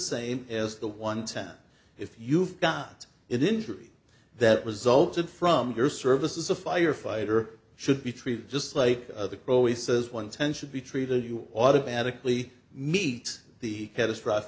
same as the one ten if you've got it injury that resulted from your service as a firefighter should be treated just like the croesus one ten should be treated you automatically meet the catastrophic